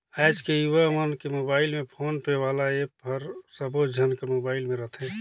आएज के युवा मन के मुबाइल में फोन पे वाला ऐप हर सबो झन कर मुबाइल में रथे